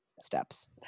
steps